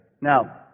Now